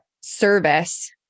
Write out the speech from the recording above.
service